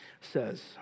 says